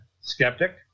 skeptic